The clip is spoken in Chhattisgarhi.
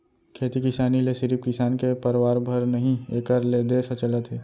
खेती किसानी ले सिरिफ किसान के परवार भर नही एकर ले देस ह चलत हे